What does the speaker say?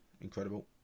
Incredible